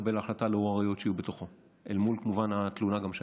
תתקבל ההחלטה לפי הראיות שיהיו בתוכו אל מול התלונה שהייתה,